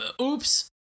oops